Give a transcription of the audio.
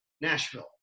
Nashville